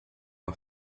uma